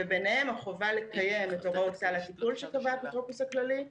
וביניהן החובה לקיים את הוראות סל הטיפול שקבע האפוטרופוס הכללי.